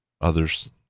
Others